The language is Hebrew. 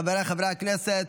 וכעת, חבריי חברי הכנסת,